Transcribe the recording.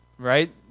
right